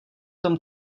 tom